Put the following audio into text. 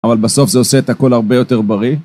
אבל בסוף זה עושה את הכל הרבה יותר בריא